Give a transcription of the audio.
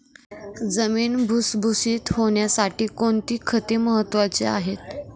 जमीन भुसभुशीत होण्यासाठी कोणती खते महत्वाची आहेत?